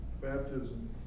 baptism